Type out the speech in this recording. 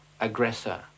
aggressor